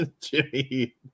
Jimmy